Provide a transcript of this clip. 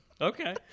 okay